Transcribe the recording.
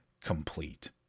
complete